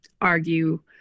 argue